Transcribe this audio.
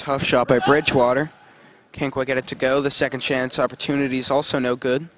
tough shot by bridgewater can't quite get it to go the second chance opportunities also no good